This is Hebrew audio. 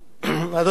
אדוני היושב-ראש,